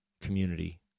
community